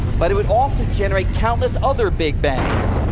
but it would also generate countless other big bangs,